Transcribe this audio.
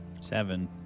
Seven